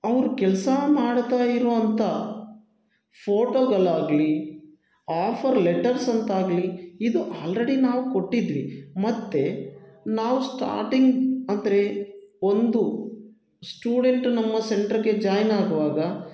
ಅವ್ರು ಕೆಲಸ ಮಾಡ್ತಾಯಿರುವಂಥ ಫೋಟೋಗಳಾಗ್ಲಿ ಆಫರ್ ಲೆಟರ್ಸ್ ಅಂತಾಗಲಿ ಇದು ಹಾಲ್ರಡಿ ನಾವು ಕೊಟ್ಟಿದ್ವಿ ಮತ್ತೆ ನಾವು ಸ್ಟಾಟಿಂಗ್ ಅಂದರೆ ಒಂದು ಸ್ಟೂಡೆಂಟು ನಮ್ಮ ಸೆಂಟ್ರಗೆ ಜಾಯ್ನ್ ಆಗುವಾಗ